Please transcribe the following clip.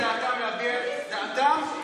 אני אגן עליהם להביע את דעתם,